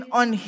on